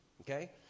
okay